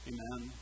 Amen